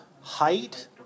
height